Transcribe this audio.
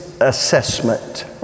Assessment